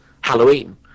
Halloween